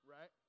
right